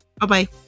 bye-bye